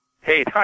hey